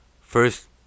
First